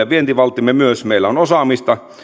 vientivalttimme myös meillä on osaamista